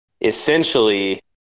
essentially